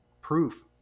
Proof